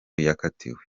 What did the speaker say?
yakatiwe